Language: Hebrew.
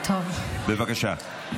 בבקשה.